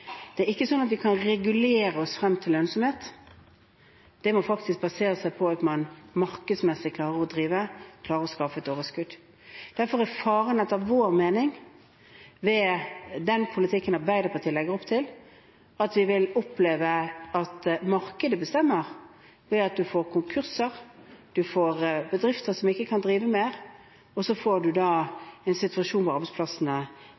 Det er ikke sånn at vi kan regulere oss frem til lønnsomhet, det må faktisk basere seg på at man markedsmessig klarer å drive, klarer å skaffe et overskudd. Derfor er – etter vår mening – faren ved den politikken Arbeiderpartiet legger opp til, at vi vil oppleve at markedet bestemmer, ved at man får konkurser, man får bedrifter som ikke kan drive mer, og så får man da en situasjon hvor arbeidsplassene